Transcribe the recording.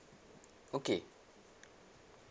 okay